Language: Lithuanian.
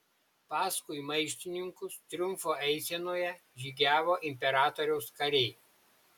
paskui maištininkus triumfo eisenoje žygiavo imperatoriaus kariai